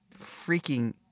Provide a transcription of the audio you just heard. freaking